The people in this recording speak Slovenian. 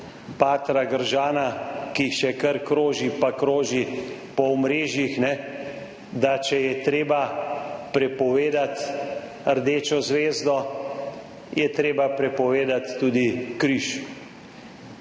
patra Gržana, ki še kar kroži pa kroži po omrežjih, da če je treba prepovedati rdečo zvezdo, je treba prepovedati tudi križ.